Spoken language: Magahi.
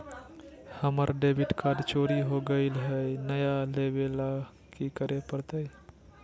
हमर डेबिट कार्ड चोरी हो गेले हई, नया लेवे ल की करे पड़तई?